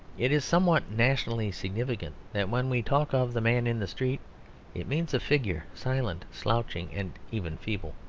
it is somewhat nationally significant that when we talk of the man in the street it means a figure silent, slouching, and even feeble.